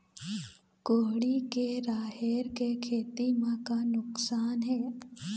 कुहड़ी के राहेर के खेती म का नुकसान हे?